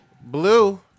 Blue